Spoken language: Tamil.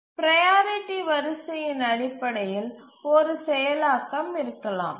ப்ரையாரிட்டி வரிசையின் அடிப்படையில் ஒரு செயலாக்கம் இருக்கலாம்